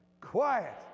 Quiet